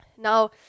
Now